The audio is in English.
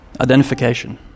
Identification